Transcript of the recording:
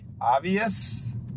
obvious